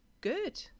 good